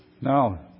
now